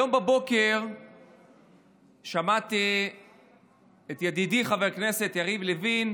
היום בבוקר שמעתי את ידידי חבר הכנסת יריב לוין,